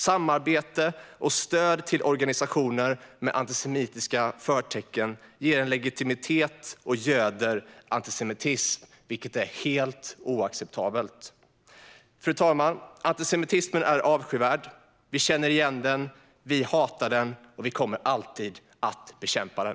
Samarbete och stöd till organisationer med antisemitiska förtecken ger en legitimitet till och göder antisemitism, vilket är helt oacceptabelt. Fru talman! Antisemitismen är avskyvärd. Vi känner igen den, vi hatar den och vi kommer alltid att bekämpa den.